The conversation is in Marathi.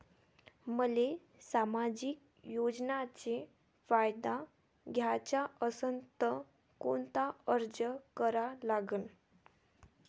मले सामाजिक योजनेचा फायदा घ्याचा असन त कोनता अर्ज करा लागन?